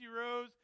rose